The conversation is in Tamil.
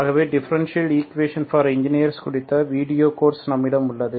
ஆகவே டிஃபரென்ஷியல் ஈக்குவேஷன்ஸ் ஃபார் என்ஜினீயர்ஸ் குறித்த வீடியோ கோர்ஸ் நம்மிடம் உள்ளது